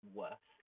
worse